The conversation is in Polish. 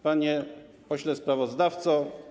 Panie Pośle Sprawozdawco!